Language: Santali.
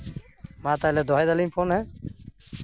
ᱢᱟ ᱛᱟᱦᱚᱞᱮ ᱫᱚᱦᱚᱭ ᱫᱟᱹᱞᱤᱧ ᱯᱷᱳᱱ ᱦᱮᱸ